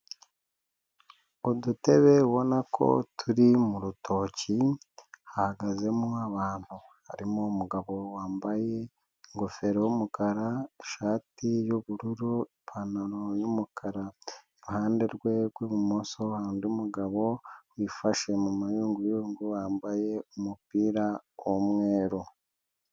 Udutebe ubona ko turi mu rutoki, hahagazemo abantu, harimo umugabo wambaye ingofero y'umukara, ishati y'ubururu, ipantaro, y'umukara. Iruhande rwe rw'ibumoso hari undi umugabo wifashe mu mayunguyungu wambaye umupira w'umweru.